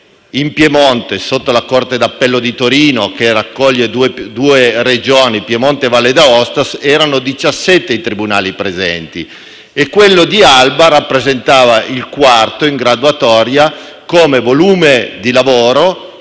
in Piemonte, sotto la corte d'appello di Torino, che raccoglie due Regioni (Piemonte e Valle d'Aosta) erano 17 i tribunali presenti e quello di Alba rappresentava il quarto in graduatoria come volume di lavoro,